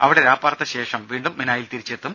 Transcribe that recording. ഇവിടെ രാപ്പാർത്ത ശേഷം വീണ്ടും മിനായിൽ തിരിച്ചെത്തും